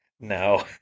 No